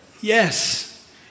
Yes